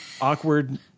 Awkward